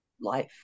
life